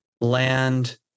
land